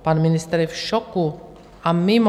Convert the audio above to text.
Pan ministr je v šoku a mimo.